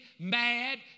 mad